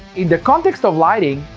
in the context of lighting,